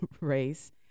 race